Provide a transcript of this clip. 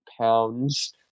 pounds